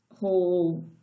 whole